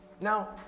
now